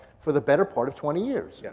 for the better part of twenty years. yeah